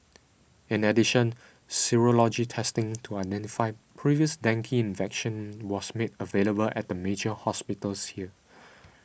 in addition serology testing to identify previous dengue infection was made available at the major hospitals here